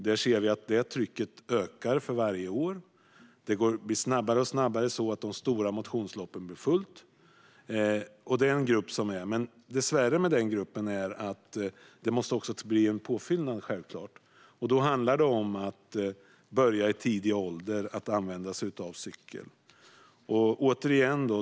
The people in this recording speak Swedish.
Vi ser att detta tryck ökar för varje år, och de stora motionsloppen blir allt snabbare fullbokade. Denna grupp måste självklart dock få en påfyllnad. Det handlar då om att börja använda cykeln i tidig ålder.